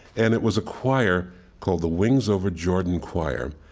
and it was a choir called the wings over jordan choir,